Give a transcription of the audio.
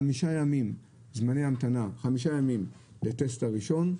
חמישה ימים, זמני המתנה, בטסט הראשון,